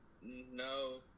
no